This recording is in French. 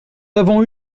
avons